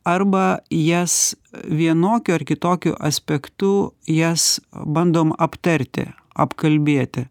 arba jas vienokiu ar kitokiu aspektu jas bandom aptarti apkalbėti